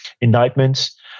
indictments